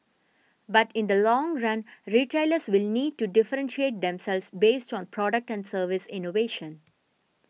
but in the long run retailers will need to differentiate themselves based on product and service innovation